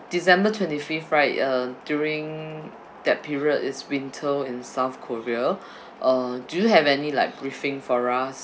december twenty fifth right uh during that period is winter in south korea uh do you have any like briefing for us